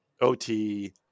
OT